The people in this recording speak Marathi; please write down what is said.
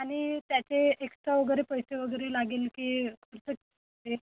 आणि त्याचे एक्स्ट्रा वगैरे पैसे वगैरे लागेल की कसं ते